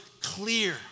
clear